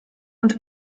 und